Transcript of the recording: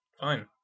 Fine